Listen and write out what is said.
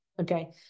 okay